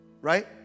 right